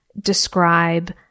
describe